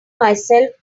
myself